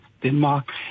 Denmark